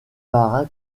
marin